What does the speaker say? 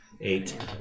Eight